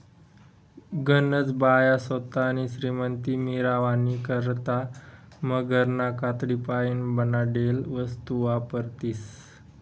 गनज बाया सोतानी श्रीमंती मिरावानी करता मगरना कातडीपाईन बनाडेल वस्तू वापरतीस